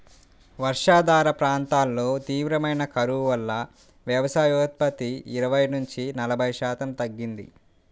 వర్షాధార ప్రాంతాల్లో తీవ్రమైన కరువు వల్ల వ్యవసాయోత్పత్తి ఇరవై నుంచి నలభై శాతం తగ్గింది